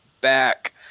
back